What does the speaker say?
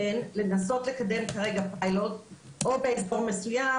לנסות לקדם כרגע פיילוט או באזור מסוים